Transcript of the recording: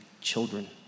children